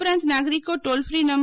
ઉપરાંત નાગરિકી toll fee નં